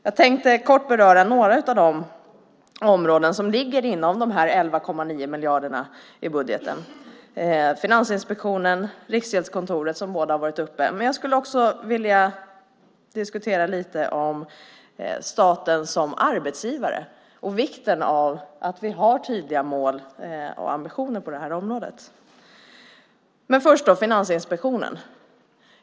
Jag tänkte säga något kort om några av de områden som ligger inom de 11,9 miljarderna i budgeten. Finansinspektionen och Riksgäldskontoret har båda varit uppe, men jag skulle också vilja diskutera staten som arbetsgivare och vikten av att vi har tydliga mål och ambitioner på detta område.